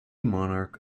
monarch